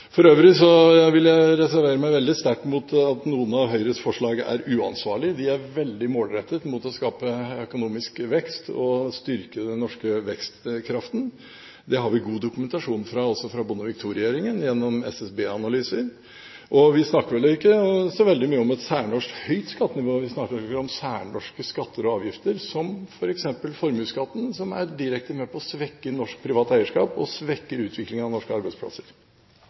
For øvrig vil jeg reservere meg veldig sterkt mot at noen av Høyres forslag er uansvarlige. De er veldig målrettet mot å skape økonomisk vekst og styrke den norske vekstkraften. Det har vi god dokumentasjon på også fra Bondevik II-regjeringen, gjennom SSB-analyser. Og vi snakker vel ikke så veldig mye om et særnorsk, høyt skattenivå, vi snakker om særnorske skatter og avgifter som f.eks. formuesskatten, som er direkte med på å svekke norsk privat eierskap og svekke utviklingen av norske arbeidsplasser.